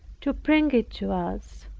to bring it to us